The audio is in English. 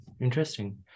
interesting